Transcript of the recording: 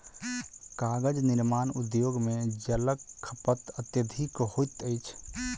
कागज निर्माण उद्योग मे जलक खपत अत्यधिक होइत अछि